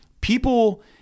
people